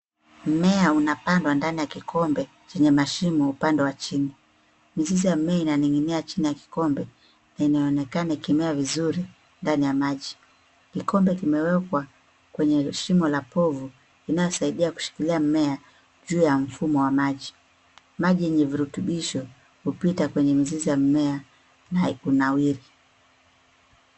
Mmea unapandwa ndani ya kikombe chenye mashimo upande wa chini. Mizizi ya mimea inaning'inia chini ya kikombe na inaonekana ikimea vizuri ndani ya maji. Kikombe kimewekwa kwenye shimo la povu inayosaidia kushikilia mimea juu ya mfumo wa maji. Maji yenye virutubisho hupita kwenye mizizi ya mimea kunawiri.